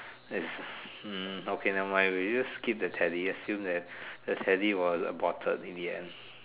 is hmm okay nevermind we just skip the Teddy and assume that the Teddy was aborted in the end